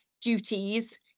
duties